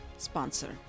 Sponsor